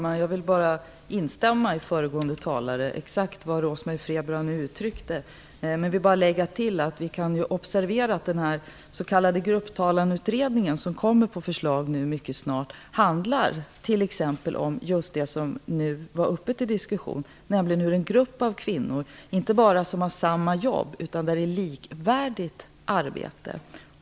Fru talman! Jag instämmer i det som föregående talare exakt nu uttryckte. Men jag vill också tillägga att vi bör observera att den s.k. grupptalanutredningen som mycket snart kommer på förslag handlar om t.ex. det som just nu var uppe till diskussion, nämligen om en grupp kvinnor som inte bara har samma jobb utan som har likvärdigt arbete.